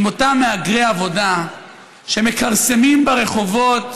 עם אותם מהגרי עבודה שמכרסמים ברחובות,